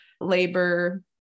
labor